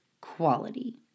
quality